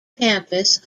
campus